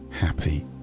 happy